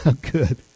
Good